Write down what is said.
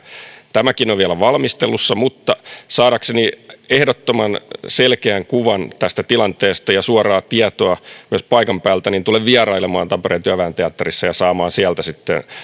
tämäkin on vielä valmistelussa mutta saadakseni ehdottoman selkeän kuvan tästä tilanteesta ja suoraa tietoa myös paikan päältä tulen vierailemaan tampereen työväen teatterissa ja saamaan sieltä sitten